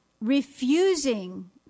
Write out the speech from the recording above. Refusing